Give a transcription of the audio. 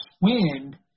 wind